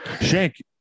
Shank